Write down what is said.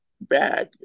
Back